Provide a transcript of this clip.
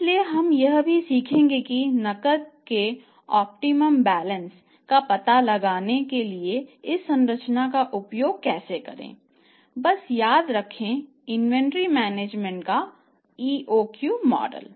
इसलिए हम यह भी सीखेंगे कि नकद के ऑप्टिमम बैलेंसका EOQ मॉडल